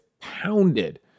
pounded